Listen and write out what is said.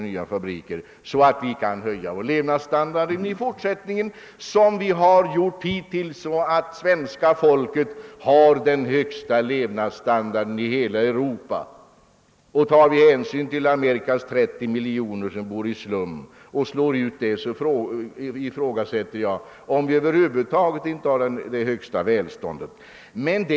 Vi har hittills kunnat höja vår levnadsstandard så alt svenska folket har den högsta levnadsstandarden i hela Europa. Tar vi hänsyn till de 30 miljoner människor i Amerika som bor i slum, kan det ifrågasättas om vårt land inte har det högsta välståndet i världen.